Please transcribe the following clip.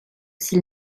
s’il